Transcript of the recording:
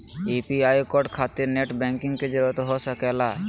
UPI code खातिर net banking की जरूरत हो सके ला?